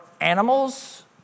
animals